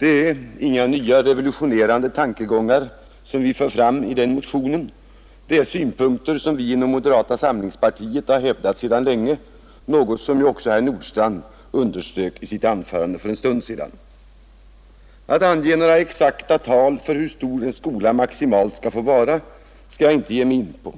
Det är inga nya, revolutionerande tankegångar som vi för fram, utan det är synpunkter som vi inom moderata samlingspartiet hävdat sedan länge, något som ju också nyss underströks av herr Nordstrandh. Att ange några exakta tal för hur stor en skola maximalt skall få vara skall jag inte ge mig in på.